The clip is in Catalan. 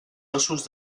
ossos